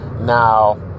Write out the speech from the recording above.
Now